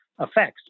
effects